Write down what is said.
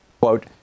Quote